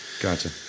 gotcha